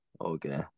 okay